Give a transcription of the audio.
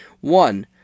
One